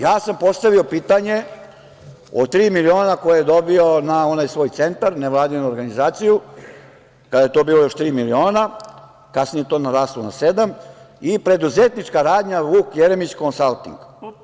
Ja sam postavio pitanje, od tri miliona koje dobio na onaj svoj centar, nevladinu organizaciju, kada je to bilo još tri miliona, kasnije je to naraslo na sedam, i preduzetnička radnja „Vuk Jeremić konsalting“